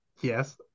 Yes